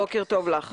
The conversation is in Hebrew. בוקר טוב לכולם,